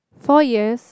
four years